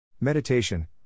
Meditation